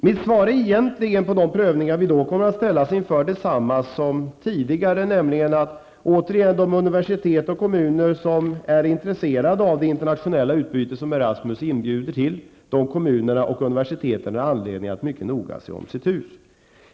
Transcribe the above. Mitt svar på frågan om de prövningar som vi då kommer att ställas inför är egentligen detsamma som tidigare, nämligen att de universitet och kommuner som är intresserade av det internationella utbyte som Erasmus inbjuder till har anledning att mycket noga se om sitt hus.